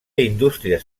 indústries